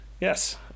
Yes